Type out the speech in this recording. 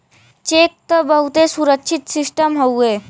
check त बहुते सुरक्षित सिस्टम हउए